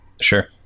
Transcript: Sure